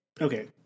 Okay